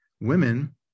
women